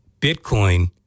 Bitcoin